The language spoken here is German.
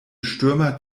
stürmer